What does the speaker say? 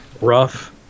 rough